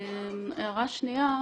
הערה שנייה,